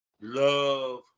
love